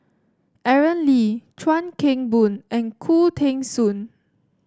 Aaron Lee Chuan Keng Boon and Khoo Teng Soon